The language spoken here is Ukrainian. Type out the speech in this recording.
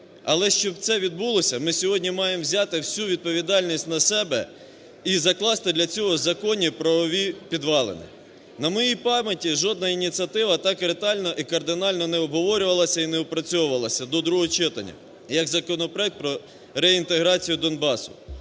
Але, щоб це відбулося, ми сьогодні маємо взяти всю відповідальність на себе і закласти для цього законні правові підвалини. На моїй пам'яті жодна ініціатива так ретельно і кардинально не обговорювалася і не опрацьовувалася до другого читання, як законопроект про реінтеграцію Донбасу.